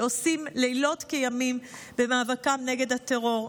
שעושים לילות כימים במאבקם נגד הטרור.